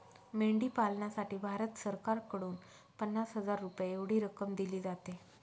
मेंढी पालनासाठी भारत सरकारकडून पन्नास हजार रुपये एवढी रक्कम दिली जाते